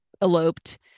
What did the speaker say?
eloped